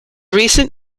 recent